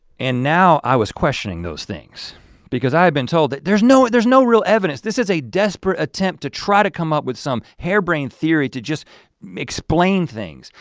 and now i was questioning those things because i'd been told that there's no there's no real evidence, this is a desperate attempt to try to come up with some harebrained theory to just explain things.